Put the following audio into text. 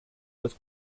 was